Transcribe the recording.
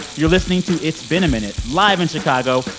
you're listening to it's been a minute live in chicago.